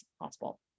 possible